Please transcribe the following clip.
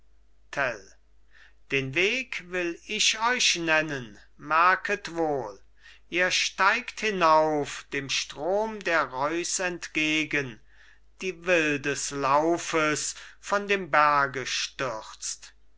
den weg will ich euch nennen merket wohl ihr steigt hinauf dem strom der reuss entgegen die wildes laufes von dem berge stürzt